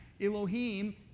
Elohim